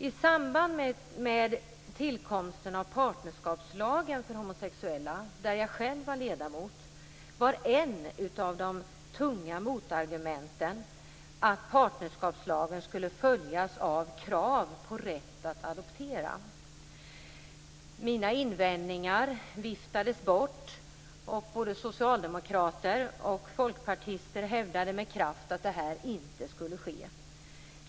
I samband med tillkomsten av partnerskapslagen för homosexuella, då jag själv var ledamot, var en av de tunga motargumenten att partnerskapslagen skulle följas av krav på rätt att adoptera barn. Mina invändningar viftades bort, och både socialdemokrater och folkpartister hävdade med kraft att detta inte skulle ske.